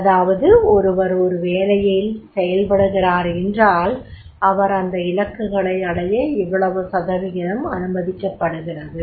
அதாவது ஒருவர் ஒரு வேலையில் செயல்படுகிறார் என்றால் அவர் இந்த இலக்குகளை அடைய இவ்வளவு சதவீதம் அனுமதிக்கப்படுகிறது